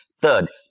Third